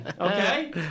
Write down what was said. okay